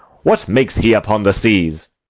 what makes he upon the seas?